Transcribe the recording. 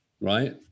right